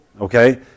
Okay